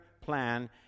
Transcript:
plan